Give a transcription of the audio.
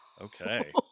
Okay